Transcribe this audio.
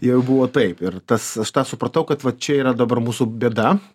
jau buvo taip ir tas aš tą supratau kad va čia yra dabar mūsų bėda